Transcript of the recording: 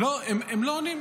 לא עונים,